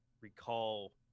recall